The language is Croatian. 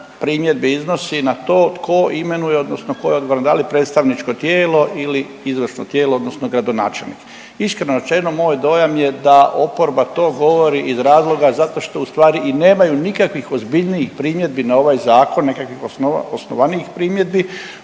primjedbe iznosi na to tko imenuje odnosno tko je odgovoran, da li predstavničko tijelo ili izvršno tijelo odnosno gradonačelnik. Iskreno rečeno moj dojam je da oporba to govori iz razloga zato što ustvari i nemaju nikakvih ozbiljnijih primjedbi na ovaj zakon nekakvih osnovanijih primjedbi,